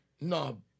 No